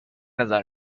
نظر